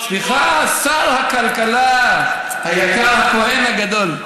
סליחה, שר הכלכלה היקר, הכוהן הגדול,